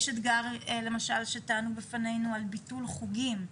יש אתגר למשל שטענו בפנינו על ביטול חוגים,